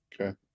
Okay